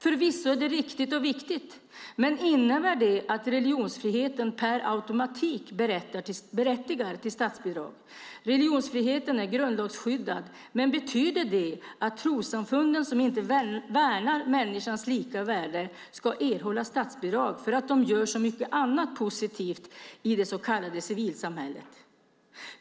Förvisso är det riktigt och viktigt, men innebär det att religionsfriheten per automatik berättigar till statsbidrag? Religionsfriheten är grundlagsskyddad, men betyder det att trossamfund som inte värnar människans lika värde ska erhålla statsbidrag för att de gör så mycket annat positivt i det så kallade civilsamhället?